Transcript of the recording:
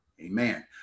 Amen